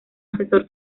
asesor